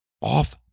off